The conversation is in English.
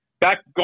back